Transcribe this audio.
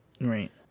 Right